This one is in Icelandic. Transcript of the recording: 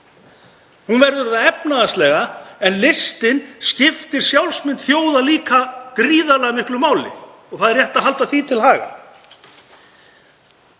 Hún verður það efnahagslega en listin skiptir sjálfsmynd þjóðar líka gríðarlega miklu máli og það er rétt að halda því til haga.